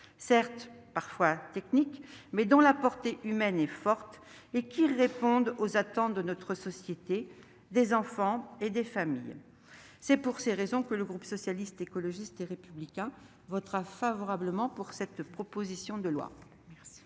sont parfois techniques, mais leur portée humaine est forte et elles répondent aux attentes de notre société, des enfants et des familles. Pour ces raisons, le groupe Socialiste, Écologiste et Républicain votera en faveur de cette proposition de loi.